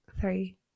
three